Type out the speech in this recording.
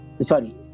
Sorry